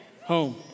home